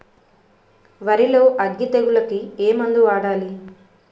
వరిలో అగ్గి తెగులకి ఏ మందు వాడాలి?